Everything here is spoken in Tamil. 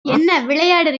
என்ன